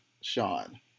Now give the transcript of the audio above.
Sean